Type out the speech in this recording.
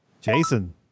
Jason